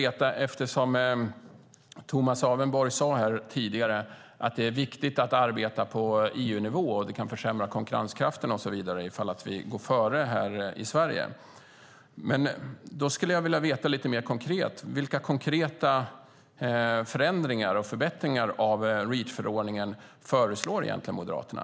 Eftersom Tomas Avenborg tidigare sade att det är viktigt att arbeta på EU-nivå och att det kan försämra konkurrenskraften och så vidare om vi går före här i Sverige skulle jag vilja veta lite mer konkret: Vilka konkreta förändringar och förbättringar av Reachförordningen föreslår egentligen Moderaterna?